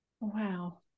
Wow